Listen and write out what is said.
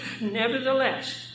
Nevertheless